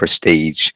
prestige